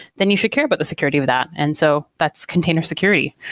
then you should care about the security with that, and so that's container security.